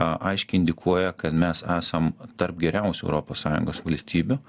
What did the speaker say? a aiškiai indikuoja kad mes esam tarp geriausių europos sąjungos valstybių